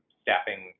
staffing